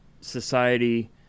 society